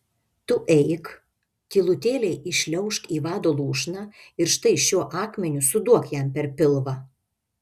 tu eik tylutėliai įšliaužk į vado lūšną ir štai šiuo akmeniu suduok jam per pilvą